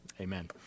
Amen